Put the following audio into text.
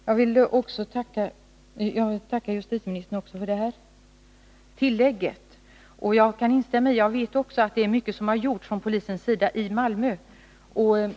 Herr talman! Jag tackar justitieministern också för det kompletterande svaret. å Jag kan instämma i att mycket har gjorts från polisens sida i Malmö.